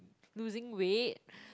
losing weight